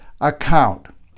account